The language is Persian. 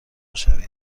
شوید